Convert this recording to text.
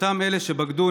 לאותם אלה שבגדו,